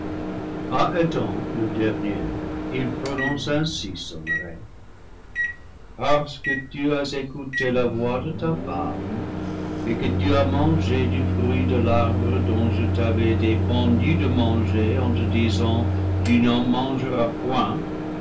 le dernier il prononce ainsi son arrêt parce que tu as écouté la voix de ta femme et que tu as mangé du fruit de l'arbre dont je t'avais défendu de manger en te disant tu n'en mangeras point